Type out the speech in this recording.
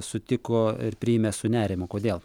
sutiko ir priėmė su nerimu kodėl